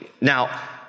Now